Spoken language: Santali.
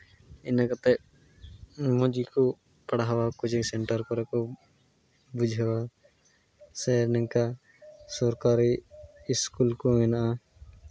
ᱤᱱᱟᱹ ᱠᱟᱛᱮᱫ ᱢᱚᱡᱽ ᱜᱮᱠᱚ ᱯᱟᱲᱦᱟᱣᱟ ᱠᱳᱪᱤᱝ ᱥᱮᱱᱴᱟᱨ ᱠᱚᱨᱮ ᱠᱚ ᱵᱩᱡᱷᱟᱹᱣᱟ ᱥᱮ ᱱᱚᱝᱠᱟ ᱥᱚᱨᱠᱟᱨᱤ ᱥᱠᱩᱞ ᱠᱚ ᱢᱮᱱᱟᱜᱼᱟ